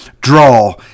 draw